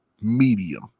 medium